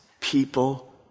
people